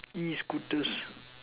E scooters